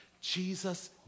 Jesus